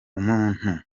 umuntu